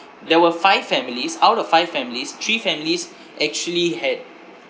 there were five families out of five families three families actually had